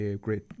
Great